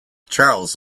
charles